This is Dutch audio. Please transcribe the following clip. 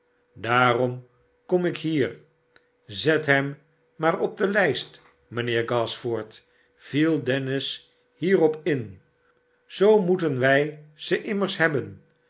daarom kom ik hier zet hem maar op de lijst mijnheer gashford viel dennis hierop in szoo moeten wij ze immers hebben